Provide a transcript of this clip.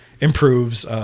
improves